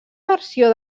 versió